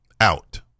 out